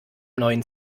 neuen